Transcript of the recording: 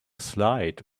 slide